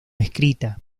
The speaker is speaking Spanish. escrita